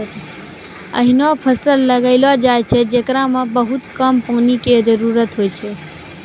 ऐहनो फसल लगैलो जाय छै, जेकरा मॅ बहुत कम पानी के जरूरत होय छै